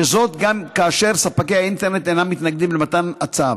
גם כאשר ספקי האינטרנט אינם מתנגדים למתן הצו.